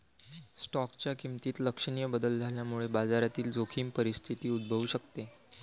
स्टॉकच्या किमतीत लक्षणीय बदल झाल्यामुळे बाजारातील जोखीम परिस्थिती उद्भवू शकते